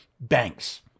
banks